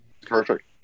Perfect